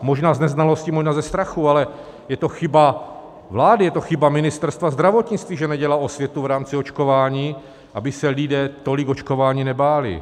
Možná z neznalosti, možná ze strachu, ale je to chyba vlády, je to chyba Ministerstva zdravotnictví, že nedělá osvětu v rámci očkování, aby se lidé tolik očkování nebáli.